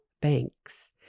banks